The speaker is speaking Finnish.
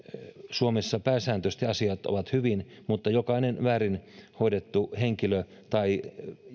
suomessa pääsääntöisesti asiat ovat hyvin mutta jokainen väärin hoidettu henkilö tai